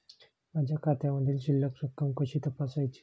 माझ्या खात्यामधील शिल्लक रक्कम कशी तपासायची?